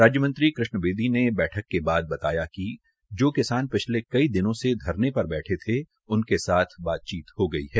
राज्यमंत्री कृष्ण बेदी ने बैठक के बाद बताया कि जो किसान पिछले कईं दिनों से धरने पर बैठे थे उनके साथ बातचीत हो गई है